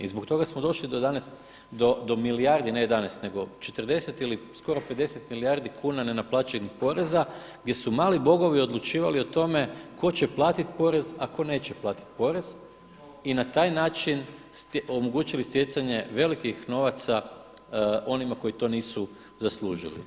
I zbog toga smo došli do ne 11, nego 40 ili 50 milijardi kuna nenaplaćenih poreza gdje su mali bogovi odlučivali o tome tko će platiti porez, a tko neće platiti porez i na taj način omogućili stjecanje velikih novaca onima koji to nisu zaslužili.